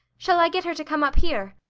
shall i get her to come up here?